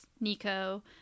Nico